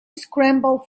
scrambled